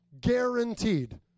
Guaranteed